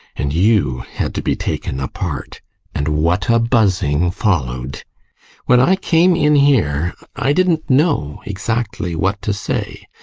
and you had to be taken apart and what a buzzing followed when i came in here, i didn't know exactly what to say.